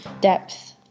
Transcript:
depth